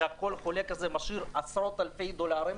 שכל חולה כזה משאיר עשרות-אלפי דולרים,